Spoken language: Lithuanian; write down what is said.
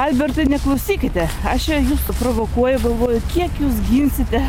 albertai neklausykite aš čia jus provokuoju galvoju kiek jūs ginsite